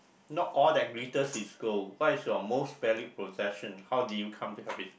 not all that glitters is gold what is your most valued possession how did you come to have it